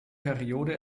periode